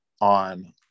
on